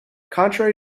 contrary